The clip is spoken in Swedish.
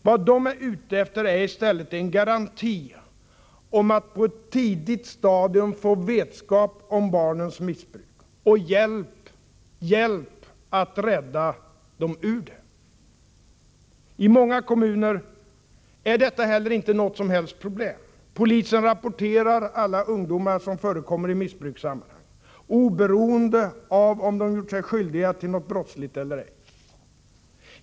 Vad de är ute efter är i stället en garanti om att på ett tidigt stadium få vetskap om barnens missbruk och hjälp att rädda dem ur det. I många kommuner är detta heller inget som helst problem: Polisen rapporterar alla ungdomar som förekommer i missbrukarsammanhang — oberoende av om de gjort sig skyldiga till något brottsligt eller ej.